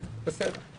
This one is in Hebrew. בסדר.